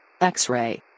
X-Ray